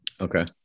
Okay